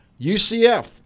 UCF